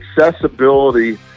accessibility